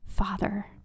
father